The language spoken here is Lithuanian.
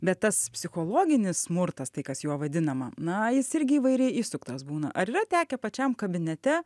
bet tas psichologinis smurtas tai kas juo vadinama na jis irgi įvairiai įsuktas būna ar yra tekę pačiam kabinete